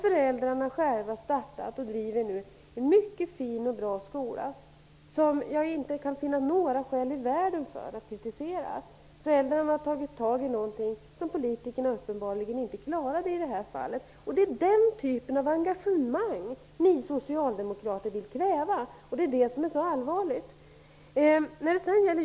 Föräldrarna har nu själva startat och driver en mycket fin och bra skola, som jag inte kan finna några skäl i världen att kritisera. Föräldrarna har tagit tag i någonting som politikerna i det här fallet uppenbarligen inte klarat. Det är den typen av engagemang som ni socialdemokrater vill kväva, och det är det som är så allvarligt.